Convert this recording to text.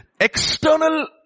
External